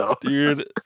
Dude